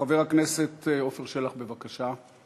חבר הכנסת עפר שלח, בבקשה.